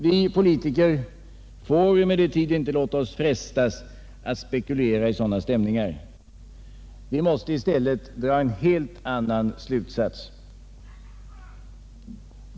Vi politiker får emellertid inte låta oss frestas att spekulera i sådana stämningar. Vi måste i stället dra en helt annan slutsats.